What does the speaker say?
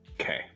Okay